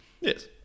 Yes